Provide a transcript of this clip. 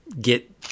get